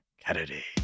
Kennedy